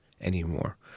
anymore